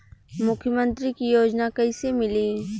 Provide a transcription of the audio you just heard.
मुख्यमंत्री के योजना कइसे मिली?